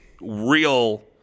real